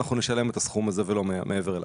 אנחנו נשלם את הסכום הזה ולא מעבר אליו.